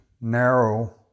narrow